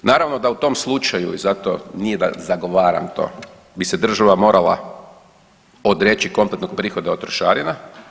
Naravno da u tom slučaju i zato nije da zagovaram to, bi se država morala odreći kompletnog prihoda od trošarina.